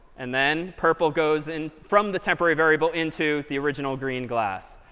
and then purple goes in from the temporary variable into the original green glass.